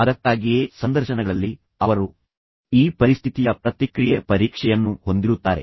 ಅದಕ್ಕಾಗಿಯೇ ಸಂದರ್ಶನಗಳಲ್ಲಿ ಅವರು ಈ ಪರಿಸ್ಥಿತಿಯ ಪ್ರತಿಕ್ರಿಯೆ ಪರೀಕ್ಷೆಯನ್ನು ಹೊಂದಿರುತ್ತಾರೆ